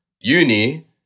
Uni